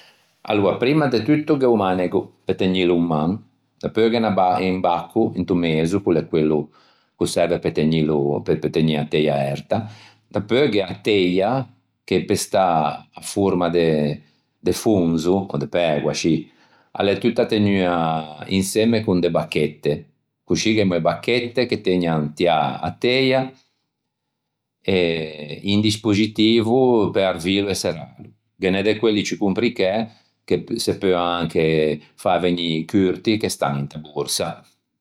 Aloa primma de tutto gh'e o manego pe tegnîlo in man dapeu gh'é un bacco into meso ch'o l'é quello ch'o serve pe tegnilo pe tegnî a teia erta dapeu gh'é a teia che pe stâ a forma de fonzo o de pægua scì, a l'é tutta tegnua insemme con de bacchette coscì gh'emmo e bacchette che tëgnan tiâ a teia e un dispoxitivo pe arvîlo e serrâlo. Ghe n'é de quelli ciù complicæ che se peuan fâ vegnî curti e stan inta borsa.